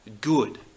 good